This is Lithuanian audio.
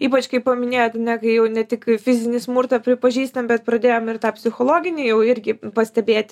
ypač kai paminėjot ane kai jau ne tik fizinį smurtą pripažįstam bet pradėjom ir tą psichologinį jau irgi pastebėti